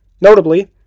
Notably